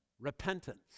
Repentance